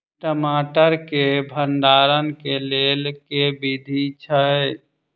टमाटर केँ भण्डारण केँ लेल केँ विधि छैय?